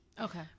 okay